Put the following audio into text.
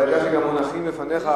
אתה יודע שגם מונחים לפניך,